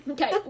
Okay